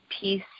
peace